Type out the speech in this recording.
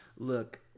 Look